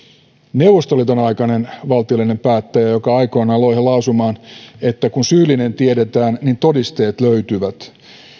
neuvostoliiton aikainen valtiollinen päättäjä joka aikanaan loihe lausumaan että kun syyllinen tiedetään niin todisteet löytyvät